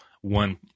one